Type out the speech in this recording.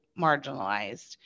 marginalized